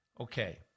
okay